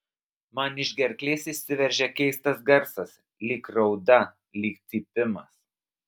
man iš gerklės išsiveržia keistas garsas lyg rauda lyg cypimas